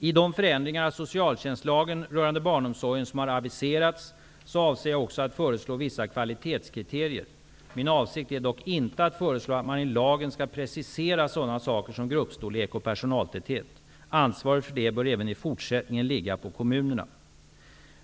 I de förändringar av socialtjänstlagen rörande barnomsorgen som har aviserats avser jag att också föreslå vissa kvalitetskriterier. Min avsikt är dock inte att föreslå att man i lagen skall precisera sådana saker som gruppstorlek och personaltäthet. Ansvaret för detta bör även i fortsättningen ligga på kommunerna.